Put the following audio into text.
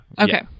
okay